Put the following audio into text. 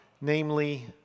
namely